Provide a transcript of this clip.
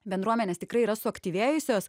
bendruomenės tikrai yra suaktyvėjusios